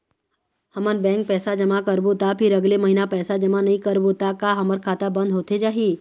हमन बैंक पैसा जमा करबो ता फिर अगले महीना पैसा जमा नई करबो ता का हमर खाता बंद होथे जाही?